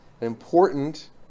important